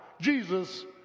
Jesus